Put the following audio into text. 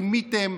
רימיתם,